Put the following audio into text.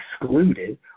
excluded